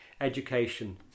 education